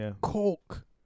Coke